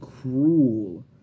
cruel